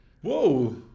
Whoa